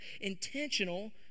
intentional